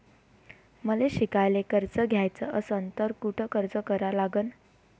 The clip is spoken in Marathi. मले शिकायले कर्ज घ्याच असन तर कुठ अर्ज करा लागन?